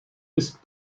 ist